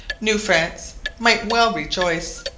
new france might well rejoice.